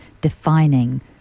defining